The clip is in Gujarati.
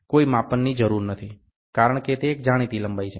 કોઈ માપનની જરૂર નથી કારણ કે તે એક જાણીતી લંબાઈ છે